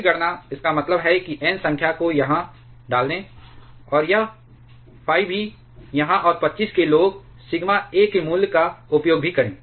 फिर गणना इसका मतलब है कि N संख्या को यहां डाल दें और यह phi भी यहां और 25 के लिए सिग्मा a के मूल्य का उपयोग भी करें